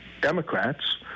Democrats